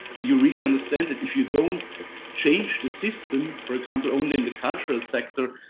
and you really understand that if you don't change the system, for example only in the cultural sector,